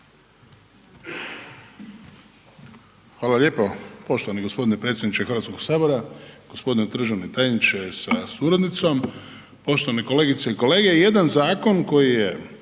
Hvala lijepo poštovani gospodine predsjedniče Hrvatskog sabora. Gospodine državni tajniče sa suradnicom, poštovane kolegice i kolege, jedan zakon koji je